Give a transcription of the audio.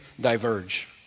diverge